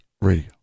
Radio